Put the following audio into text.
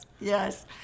yes